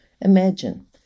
Imagine